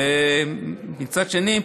מצד שני,